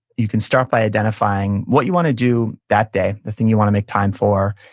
you can start by identifying what you want to do that day, the thing you want to make time for,